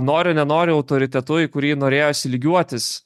nori nenori autoritetu į kurį norėjosi lygiuotis